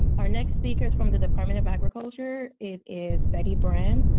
and our next speaker is from the department of agriculture. it is bette brand.